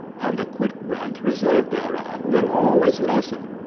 and the quit-rent reserved thereon, will always lessen,